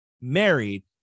married